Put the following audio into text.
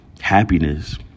happiness